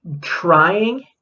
trying